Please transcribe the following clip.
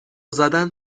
زدن